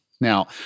Now